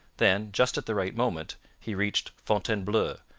then, just at the right moment, he reached fontainebleau,